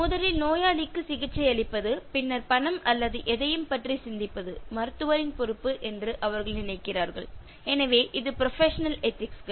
முதலில் நோயாளிக்கு சிகிச்சையளிப்பது பின்னர் பணம் அல்லது எதையும் பற்றி சிந்திப்பது மருத்துவரின் பொறுப்பு என்று அவர்கள் நினைக்கிறார்கள் எனவே இது ப்ரொபஷனல் எதிக்ஸ் கள்